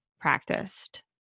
practiced